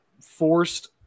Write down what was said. forced